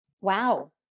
Wow